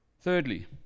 Thirdly